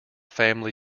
family